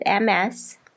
MS